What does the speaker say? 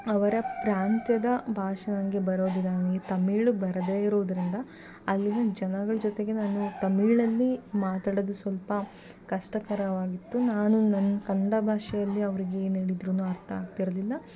ಅವರ ಪ್ರಾಂತ್ಯದ ಭಾಷೆ ನನಗೆ ಬರೋದಿಲ್ಲ ನನಗೆ ತಮಿಳು ಬರದೇ ಇರೋದರಿಂದ ಅಲ್ಲಿನ ಜನಗಳ ಜೊತೆಗೆ ನಾನು ತಮಿಳಲ್ಲಿ ಮಾತಡೋದು ಸ್ವಲ್ಪ ಕಷ್ಟಕರವಾಗಿತ್ತು ನಾನು ನನ್ನ ಕನ್ನಡ ಭಾಷೆಯಲ್ಲಿ ಅವ್ರಿಗೆ ಏನು ಹೇಳಿದ್ರುನು ಅರ್ಥ ಆಗ್ತಿರಲಿಲ್ಲ